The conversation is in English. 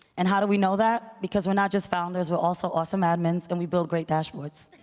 and how do we know that, because we're not just founders, we're also awesome admins, and we build great dashboards.